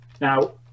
Now